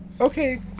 Okay